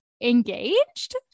engaged